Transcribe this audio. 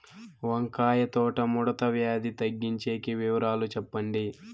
వంకాయ తోట ముడత వ్యాధి తగ్గించేకి వివరాలు చెప్పండి?